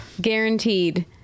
guaranteed